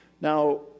Now